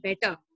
better